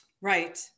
Right